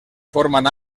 forman